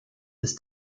ist